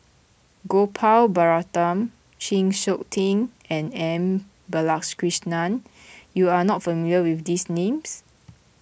Gopal Baratham Chng Seok Tin and M Balakrishnan you are not familiar with these names